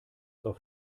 auf